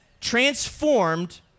transformed